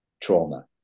trauma